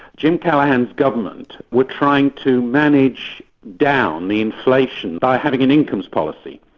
jim callaghan's government were trying to manage down inflation by having an incomes policy,